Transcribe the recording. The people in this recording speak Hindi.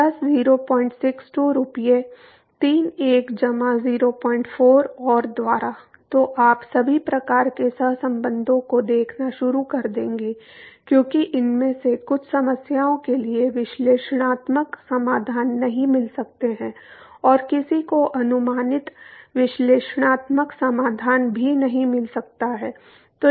प्लस 062 रुपये 3 1 जमा 04 और द्वारा तो आप सभी प्रकार के सहसंबंधों को देखना शुरू कर देंगे क्योंकि इनमें से कुछ समस्याओं के लिए विश्लेषणात्मक समाधान नहीं मिल सकते हैं और किसी को अनुमानित विश्लेषणात्मक समाधान भी नहीं मिल सकता है